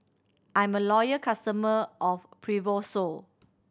I'm a loyal customer of Fibrosol